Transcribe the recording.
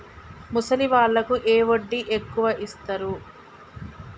ముసలి వాళ్ళకు ఏ వడ్డీ ఎక్కువ ఇస్తారు?